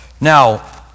Now